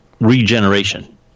regeneration